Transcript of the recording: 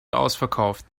ausverkauft